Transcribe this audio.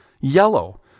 Yellow